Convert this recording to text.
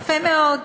יפה מאוד.